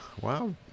Wow